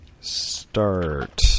start